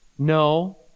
No